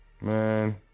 man